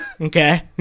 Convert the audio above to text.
Okay